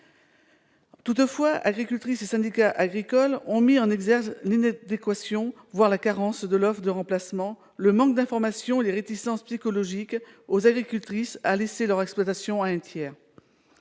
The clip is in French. Toutefois, agricultrices et syndicats agricoles ont mis en exergue l'inadéquation, voire la carence, de l'offre de remplacement, le manque d'information et les réticences psychologiques des agricultrices à laisser leur exploitation à un tiers.